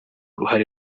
ruhare